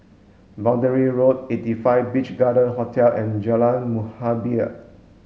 boundary Road eighty five Beach Garden Hotel and Jalan Muhibbah